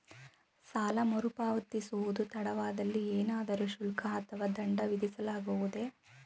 ಸಾಲ ಮರುಪಾವತಿಸುವುದು ತಡವಾದಲ್ಲಿ ಏನಾದರೂ ಶುಲ್ಕ ಅಥವಾ ದಂಡ ವಿಧಿಸಲಾಗುವುದೇ?